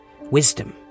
wisdom